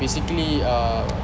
basically uh